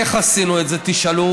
איך עשינו את זה, תשאלו?